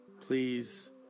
Please